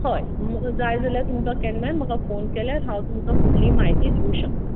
हय तुमकां जाय जाल्यार तुमका केन्नाय म्हाका फोन केल्यार हांव तुमका फुडली म्हायती दिवूंक शकता